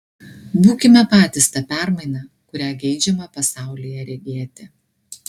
būkime patys ta permaina kurią geidžiame pasaulyje regėti